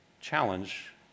challenge